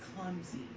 clumsy